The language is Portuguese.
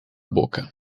boca